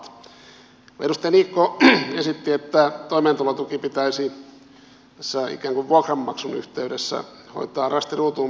edustaja niikko esitti että toimeentulotuki pitäisi ikään kuin vuokranmaksun yhteydessä hoitaa rasti ruutuun menettelyllä